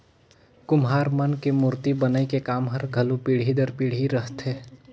कुम्हार मन के मूरती बनई के काम हर घलो पीढ़ी दर पीढ़ी रहथे